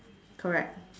correct